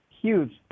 huge